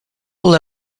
will